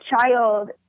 child